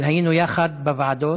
אבל היינו יחד בוועדות,